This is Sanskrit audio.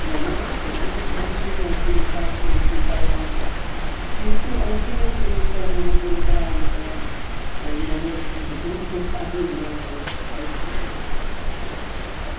मम कृते बहु चिन्ता स् चिन्तायाः विषयः किन्तु अन्तिमे क्षणे सः मम पुरतः आगतवान् मम बहु आनन्दः अभवत् अस्तु